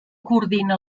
coordina